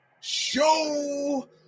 Show